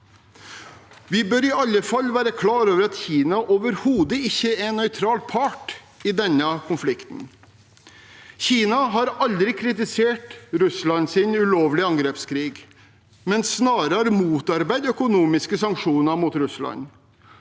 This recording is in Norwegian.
Vi bør i alle fall være klar over at Kina overhodet ikke er en nøytral part i denne konflikten. Kina har aldri kritisert Russlands ulovlige angrepskrig, men snarere motarbeidet økonomiske sanksjoner mot Russland,